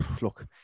look